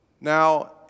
Now